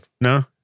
No